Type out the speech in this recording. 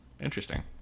interesting